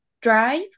drive